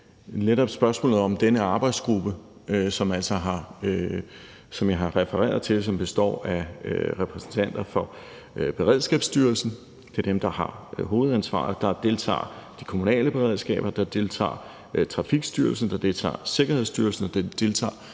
netop denne arbejdsgruppe, som jeg har refereret til – og som består af repræsentanter for Beredskabsstyrelsen, som er dem, der har hovedansvaret, og der deltager de kommunale beredskaber, der deltager Trafikstyrelsen, der deltager Sikkerhedsstyrelsen, og der deltager Færdselsstyrelsen